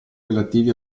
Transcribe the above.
relativi